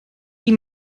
die